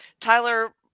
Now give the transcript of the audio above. Tyler